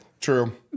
True